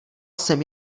jsem